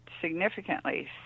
significantly